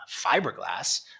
fiberglass